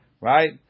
Right